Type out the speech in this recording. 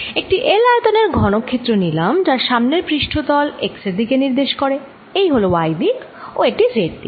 একটি L আয়তনের ঘনক্ষেত্র নিলাম যার সামনের পৃষ্ঠ তল x এর দিকে নির্দেশ করে এই হল y দিক ও এটি z দিক